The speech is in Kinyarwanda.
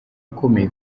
ukomeye